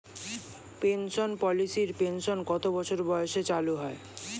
Pension পলিসির pension কত বছর বয়সে চালু হয়?